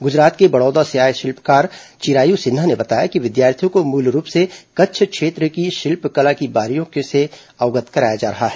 गुजरात के बड़ौदा से आए शिल्पकार चिरायु सिन्हा ने बताया कि विद्यार्थियों को मूलरूप से कच्छ क्षेत्र की शिल्पकला की बारीकियों से अवगत कराया जा रहा है